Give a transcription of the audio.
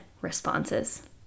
responses